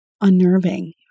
unnerving